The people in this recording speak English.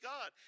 God